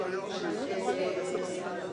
אנחנו מזועזעים.